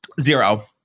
Zero